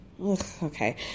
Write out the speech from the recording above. Okay